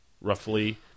Roughly